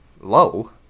Low